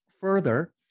further